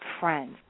friends